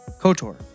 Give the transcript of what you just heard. KOTOR